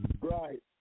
Right